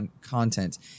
content